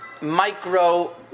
micro